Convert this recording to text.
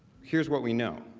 here is what we know.